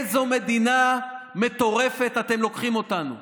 לאיזו מדינה מטורפת אתם לוקחים אותנו?